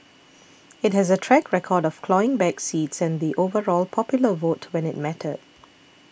it has a track record of clawing back seats and the overall popular vote when it mattered